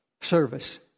service